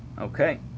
Okay